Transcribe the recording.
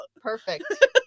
Perfect